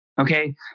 okay